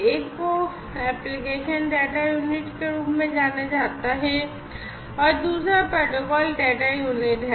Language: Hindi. एक को एप्लिकेशन डेटा यूनिट के रूप में जाना जाता है और दूसरा प्रोटोकॉल डेटा यूनिट है